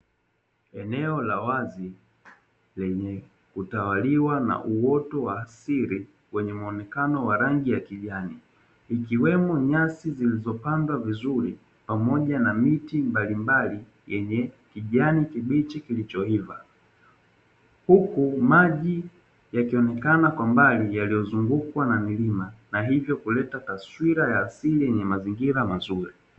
Eneo la wazi lenye kutawaliwa na uoto wa asili wenye muonekano wa rangi ya kijani, ikiwemo nyasi zilizopandwa vizuri pamoja na miti mbalimbali yenye kijani kibichi kilichoiva. Huku maji yakionekana kwa mbali yaliyozungukwa na milima na hivyo kuleta taswira ya asili yenye mazingira mazuri.